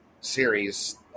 series